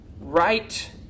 right